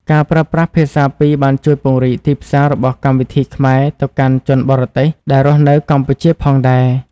ការប្រើប្រាស់ភាសាពីរបានជួយពង្រីកទីផ្សាររបស់កម្មវិធីខ្មែរទៅកាន់ជនបរទេសដែលរស់នៅកម្ពុជាផងដែរ។